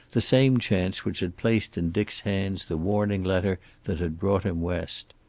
the same chance which had placed in dick's hand the warning letter that had brought him west.